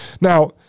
now